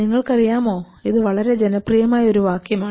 നിങ്ങൾക്കറിയാമോ ഇത് വളരെ ജനപ്രിയമായ ഒരു വാക്യമാണ്